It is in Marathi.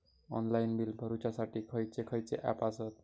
ऑनलाइन बिल भरुच्यासाठी खयचे खयचे ऍप आसत?